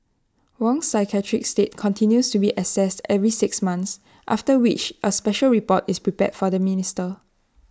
Wong's psychiatric state continues to be assessed every six months after which A special report is prepared for the minister